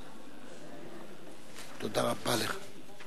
תודה רבה לך.